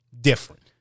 different